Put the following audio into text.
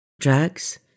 drugs